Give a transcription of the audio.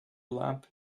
lamp